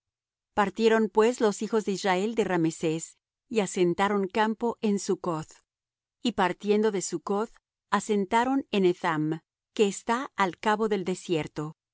partieron pues los hijos de israel de rameses y asentaron campo en succoth y partiendo de succoth asentaron en etham que está al cabo del desierto